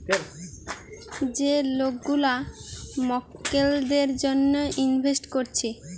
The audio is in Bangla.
যে লোক গুলা মক্কেলদের জন্যে ইনভেস্ট কোরছে